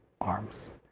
arms